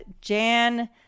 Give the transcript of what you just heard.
Jan